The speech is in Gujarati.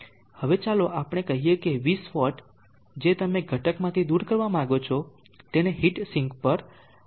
હવે ચાલો આપણે કહીએ કે 20 વોટ જે તમે ઘટકમાંથી દૂર કરવા માગો છો તેને હીટ સિંક પર આપો